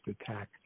attack